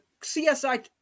CSI